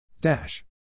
Dash